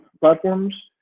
platforms